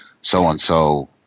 so-and-so